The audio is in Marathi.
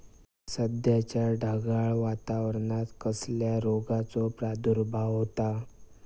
सध्याच्या ढगाळ वातावरणान कसल्या रोगाचो प्रादुर्भाव होता?